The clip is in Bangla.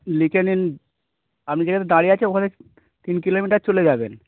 লিখে নিন আপনি যেখানে দাঁড়িয়ে আছেন ওখানে তিন কিলোমিটার চলে যাবেন